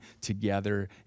together